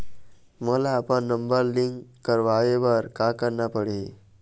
मोला अपन number link करवाये बर का करना पड़ही?